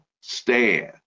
stand